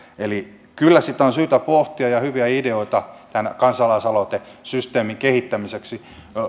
eli kyllä sitä on syytä pohtia ja hyviä ideoita tämän kansalaisaloitesysteemin kehittämiseksi